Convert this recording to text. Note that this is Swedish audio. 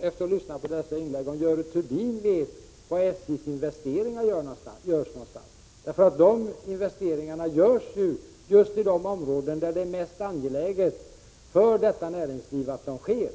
Efter att ha lyssnat till dessa inlägg undrar jag om Görel Thurdin vet var SJ:s investeringar görs. Investeringarna görs nämligen just i de områden där det är mest angeläget för detta näringsliv att så sker.